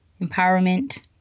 empowerment